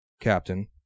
Captain